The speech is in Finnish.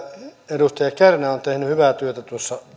edustaja kärnä on tehnyt hyvää työtä tuossa